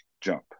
jump